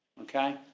okay